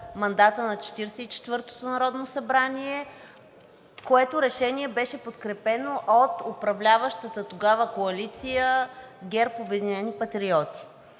и четвъртото народно събрание, което решение беше подкрепено от управляващата тогава коалиция „ГЕРБ – Обединени патриоти“.